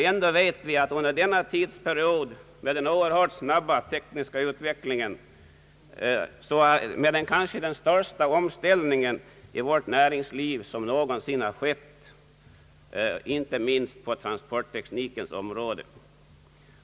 Ändå vet vi att denna tidsperiod med sin oerhört snabba tekniska utveckling medfört den kanske största omställning i vårt näringsliv som någonsin skett, inte minst på transportteknikens område.